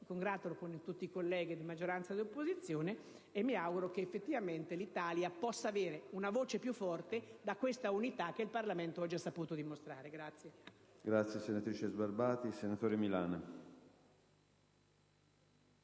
condotto con i colleghi di maggioranza e di opposizione, e mi auguro che effettivamente l'Italia possa avere una voce più forte grazie all'unità che il Parlamento oggi ha saputo dimostrare.